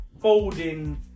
folding